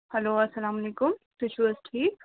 hello السلام علیکُم تُہۍ چھُو حظ ٹھیٖک